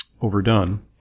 overdone